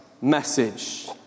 message